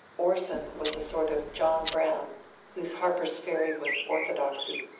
orson was a sort of john brown whose harper's ferry was orthodoxy,